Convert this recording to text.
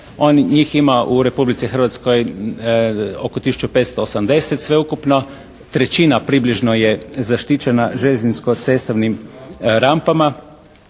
njih ima u Republici Hrvatskoj oko tisuću 580 sveukupno. 1/3 približno je zaštićena željezničko-cestovnim rampama.